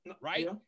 right